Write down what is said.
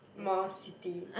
more city